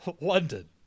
London